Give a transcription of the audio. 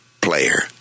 player